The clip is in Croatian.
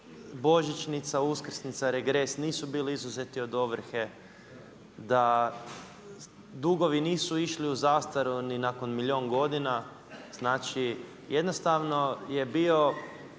božićnica, uskrsnica, regres nisu bili izuzeti od ovrhe, da dugovi nisu išli u zastaru ni nakon milijun godina, znači jednostavno je bio